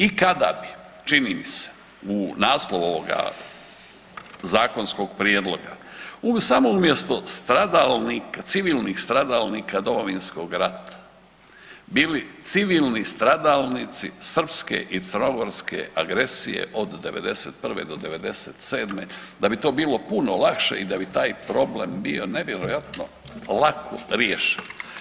I kada bi čini mi se u naslovu ovoga zakonskog prijedloga samo umjesto civilnih stradalnika Domovinskog rata, bili civilni stradalnici srpske i crnogorske agresije od '91.-'97., da bi to bilo puno lakše i da bi taj problem nevjerojatno lako riješen.